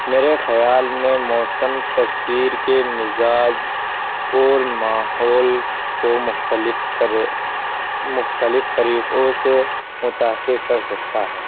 مرے خیال میں موسم تصویر کے مزاج اور ماحول کو مختلف کرے مختلف طریقوں سے متاثر کر سکتا ہے